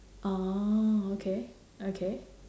orh okay okay